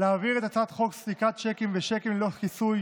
להעביר את הצעת חוק סליקת שיקים ושיקים ללא כיסוי